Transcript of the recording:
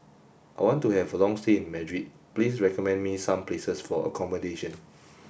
I want to have a long stay in Madrid please recommend me some places for accommodation